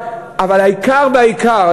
אבל העיקר והעיקר,